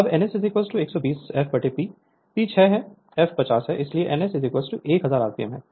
Refer Slide Time 0922 अब ns 120 f P P 6 है f 50 है इसलिए ns 1000 rpm है